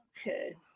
Okay